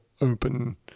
open